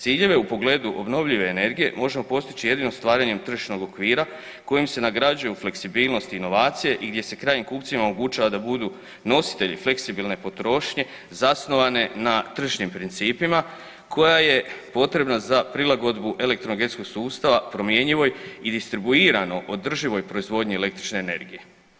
Ciljeve u pogledu obnovljive energije možemo postići jedino stvaranjem tržišnog okvira kojim se nagrađuju fleksibilnost i inovacije i gdje se krajnjim kupcima omogućava da budu nositelji fleksibilne potrošnje zasnovane na tržišnim principima koja je potrebna za prilagodbu elektroenergetskog sustava promjenjivoj i distribuirano održivoj proizvodnji električne energije.